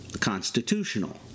constitutional